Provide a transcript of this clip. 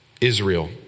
Israel